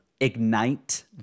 ignite